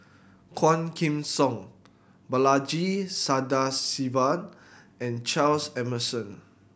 Quah Kim Song Balaji Sadasivan and Charles Emmerson